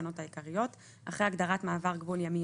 התקנות העיקריות) אחרי הגדרת "מעבר גבול ימי"